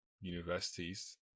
universities